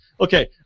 Okay